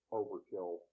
overkill